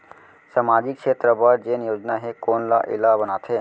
सामाजिक क्षेत्र बर जेन योजना हे कोन एला बनाथे?